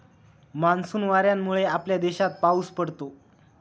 monsoon वाऱ्यांमुळे आपल्या देशात पाऊस पडतो